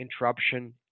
interruption